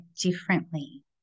differently